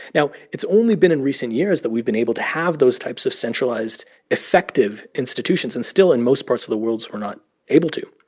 now, it's only been in recent years that we've been able to have those types of centralized effective institutions. and still, in most parts of the worlds, we're not able to.